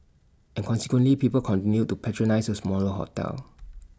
and consequently people continued to patronise A smaller hotel